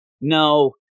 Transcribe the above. no